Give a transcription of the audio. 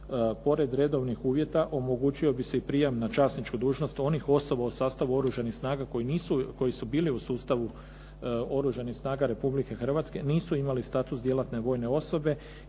pored redovnih uvjeta omogućio bi se i prijam na časničku dužnost onih osoba u sastavu oružanih snaga koji su bili u sustavu Oružanih snaga Republike Hrvatske, nisu imali status djelatne vojne osobe